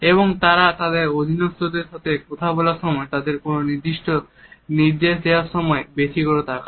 এবং তারা তাদের অধীনস্থ দের সাথে কথা বলার সময় বা তাদেরকে কোন নির্দেশ দেওয়ার সময় বেশি করে তাকান